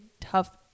tough